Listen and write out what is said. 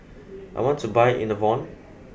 I want to buy Enervon